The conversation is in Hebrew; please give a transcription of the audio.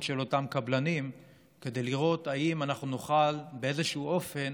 של אותם קבלנים כדי לראות אם נוכל באיזשהו אופן